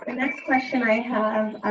and next question i have